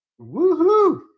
Woohoo